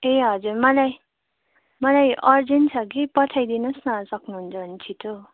ए हजुर मलाई मलाई अर्जेन्ट छ कि पठाइदिनुहोस् न सक्नुहुन्छ भने छिटो